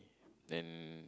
then